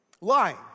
Lying